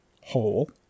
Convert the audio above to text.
Hole